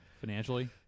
financially